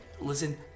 listen